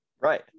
Right